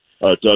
Doug